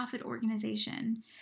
organization